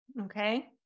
Okay